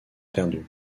perdus